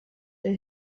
der